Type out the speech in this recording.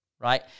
right